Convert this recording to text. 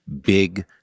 big